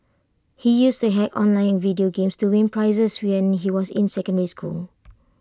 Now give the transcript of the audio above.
he used to hack online video games to win prizes when he was in secondary school